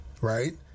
right